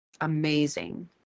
Amazing